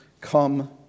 come